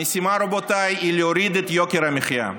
המשימה, רבותיי, היא להוריד את יוקר המחיה.